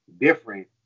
different